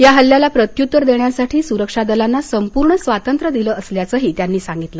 या हल्ल्याला प्रत्युत्तर देण्यासाठी सुरक्षा दलांना संपूर्ण स्वातंत्र्य दिलं असल्याचंही त्यांनी सांगितलं